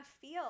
feel